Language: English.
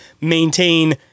maintain